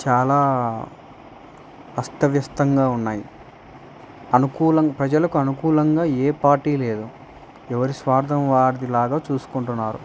చాలా అస్తవ్యస్తంగా ఉన్నాయి అనుకూలం ప్రజలకు అనుకూలంగా ఏ పార్టీ లేదు ఎవరి స్వార్థం వాడిది లాగా చూసుకుంటున్నారు